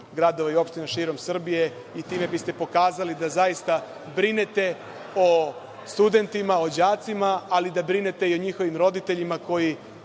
gradova i opština širom Srbije i time biste pokazali da zaista brinete o studentima, o đacima, ali da brinete i o njihovim roditeljima koji